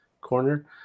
corner